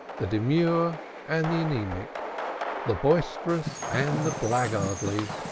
the demure and the anaemic the boisterous and the blackguardly,